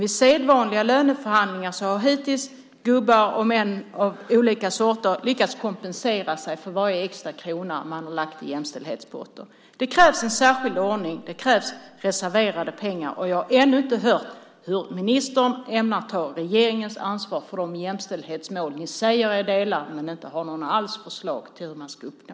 I sedvanliga löneförhandlingar har gubbar och män av olika sorter hittills lyckats kompensera sig för varje extra krona som man har lagt i jämställdhetspotter. Det krävs en särskild ordning. Det krävs reserverade pengar. Och jag har ännu inte hört hur ministern ämnar ta regeringens ansvar för de jämställdhetsmål som ni säger er dela men som ni inte har några förslag på hur man ska uppnå.